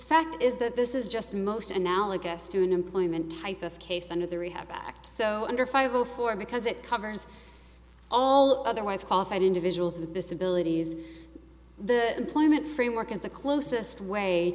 fact is that this is just most analogous to an employment type of case under the rehab act so under five zero four because it covers all otherwise qualified individuals with disabilities the employment framework is the closest way